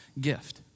gift